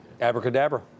Abracadabra